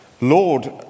Lord